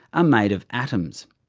ah made of atoms.